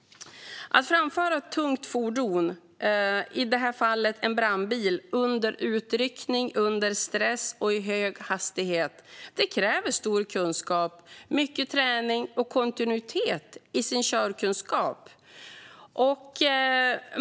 Att framföra ett tungt fordon - i det här fallet en brandbil - under utryckning, under stress och i hög hastighet kräver stor kunskap, mycket träning och kontinuitet i körkunskap.